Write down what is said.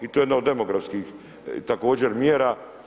I to je jedna od demografskih također mjera.